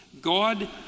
God